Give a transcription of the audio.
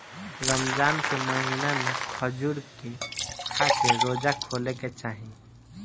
रमजान के महिना में खजूर के खाके रोज़ा खोले के चाही